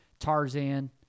Tarzan